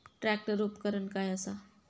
Tractor उपकरण काय असा?